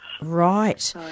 Right